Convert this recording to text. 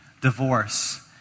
divorce